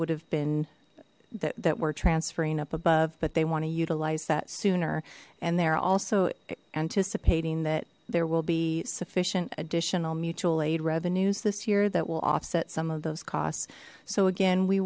would have been that that we're transferring up above but they want to utilize that sooner and they are also anticipating that there will be sufficient additional mutual aid revenues this year that will offset some of those costs so again we